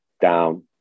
down